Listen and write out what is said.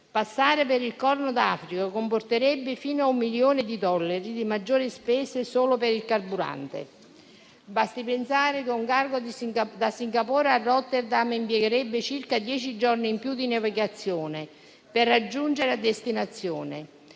passare per il Corno d'Africa comporterebbe fino a un milione di dollari di maggiori spese solo per il carburante. Basti pensare che un cargo da Singapore a Rotterdam impiegherebbe circa dieci giorni in più di navigazione per raggiungere la destinazione.